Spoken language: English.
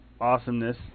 awesomeness